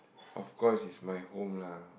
of course is my home lah